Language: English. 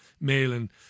mailing